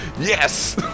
Yes